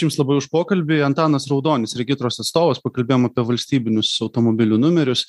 jums labai už pokalbį antanas raudonis regitros atstovas pakalbėjom apie valstybinius automobilių numerius